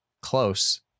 close